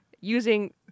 using